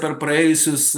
per praėjusius